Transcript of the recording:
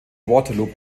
waterloo